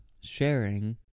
sharing